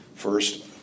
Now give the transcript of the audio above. First